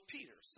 Peter